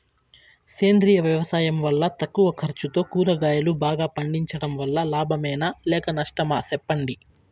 సేంద్రియ వ్యవసాయం వల్ల తక్కువ ఖర్చుతో కూరగాయలు బాగా పండించడం వల్ల లాభమేనా లేక నష్టమా సెప్పండి